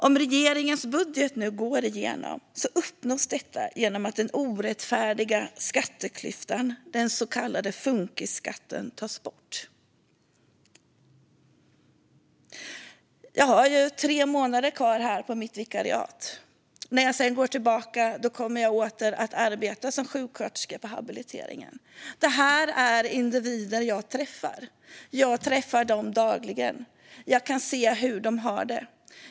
Om regeringens budget nu går igenom uppnås detta genom att den orättfärdiga skatteklyftan, den så kallade funkisskatten, tas bort. Jag har tre månader kvar av mitt vikariat här. När jag sedan går tillbaka kommer jag återigen att arbeta som sjuksköterska på habiliteringen. Det här handlar om individer som jag träffar. Jag träffar dem dagligen. Jag kan se hur de har det.